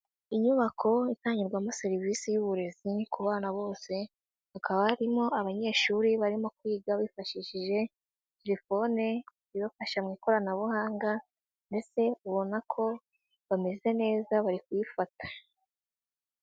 Inyubako itangirwamo serivisi y'uburezi ku bana bose, hakaba harimo abanyeshuri barimo kwiga bifashishije telefone ibafasha mu ikoranabuhanga, mbese ubona ko bameze neza bari kubifata.